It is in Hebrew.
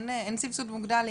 אין סבסוד מוגדל,